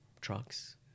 trucks